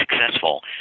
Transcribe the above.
successful